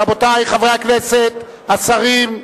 רבותי חברי הכנסת, השרים,